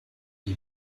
die